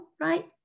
right